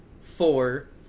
four